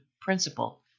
principle